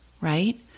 right